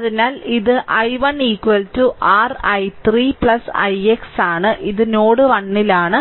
അതിനാൽ ഇത് i1 r i3 ix ആണ് ഇത് നോഡ് 1 ലാണ്